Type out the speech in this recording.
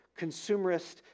Consumerist